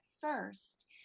first –